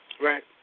Right